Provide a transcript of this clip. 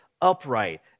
upright